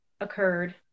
occurred